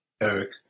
Eric